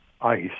ice